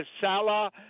Salah